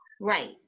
right